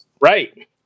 Right